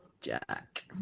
Jack